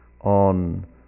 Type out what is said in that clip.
on